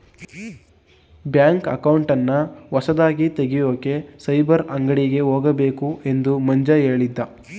bank ಅಕೌಂಟನ್ನ ಹೊಸದಾಗಿ ತೆಗೆಯೋಕೆ ಸೈಬರ್ ಅಂಗಡಿಗೆ ಹೋಗಬೇಕು ಎಂದು ಮಂಜ ಕೇಳಿದ